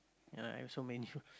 and I have so many friend